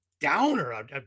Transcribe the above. downer